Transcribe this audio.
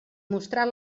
mostrar